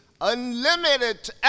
unlimited